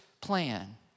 plan